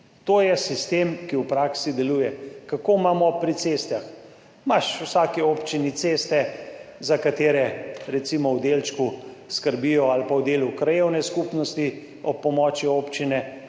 To je sistem, ki v praksi deluje. Kako imamo pri cestah, imaš v vsaki občini ceste za katere recimo v delčku skrbijo ali pa v delu krajevne skupnosti ob pomoči občine